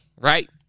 right